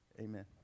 Amen